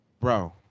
bro